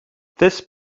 this